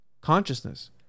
consciousness